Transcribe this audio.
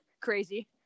crazy